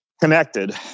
connected